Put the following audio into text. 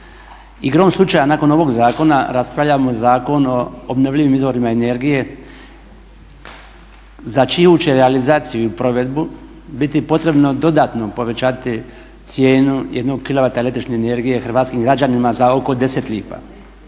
Igrom slučaja nakon ovog zakona raspravljamo Zakon o obnovljivim izvorima energije za čiju će realizaciju i provedbu biti potrebno dodatno povećati cijenu jednog kilovata električne energije hrvatskim građanima za oko 10 lipa.